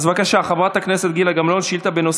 אז בבקשה, חברת הכנסת גילה גמליאל,